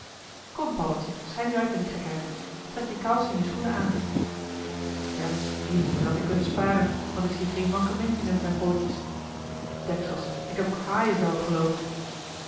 kom paddeltje schei nu uit met die gekheid trek je kousen en je schoenen aan joh h been paddeltje de scheepsjongen van michiel de ruijter ja die moeite had ik kunnen sparen want ik zie geen mankementje meer op mijn pootjes deksels ik heb ook haaienvel geloof ik